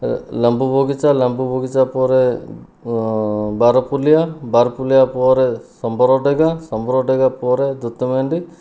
ଲମ୍ବୁ ବଗିଚା ଲମ୍ବୁ ବଗିଚା ପରେ ବାରପୁଲିଆ ବାରପୁଲିଆ ପରେ ଶମ୍ବରଡେଗା ଶମ୍ବରଡେଗା ପରେ ଦିତିମଣ୍ଡି